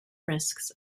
risks